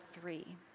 three